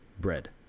bread